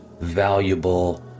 Valuable